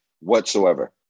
whatsoever